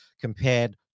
compared